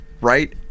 right